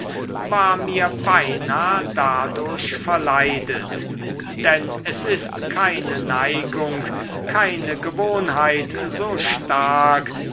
war mir beinah dadurch verleidet denn es ist keine neigung keine gewohnheit so stark